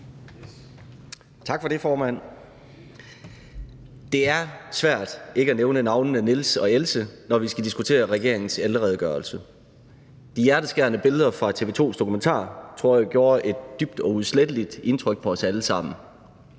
Tak for det, formand. Det er svært ikke at nævne navnene Niels og Else, når vi skal diskutere regeringens ældreredegørelse. De hjerteskærende billeder fra TV 2's dokumentar tror jeg gjorde et dybt og uudsletteligt indtryk på os alle sammen.